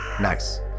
nice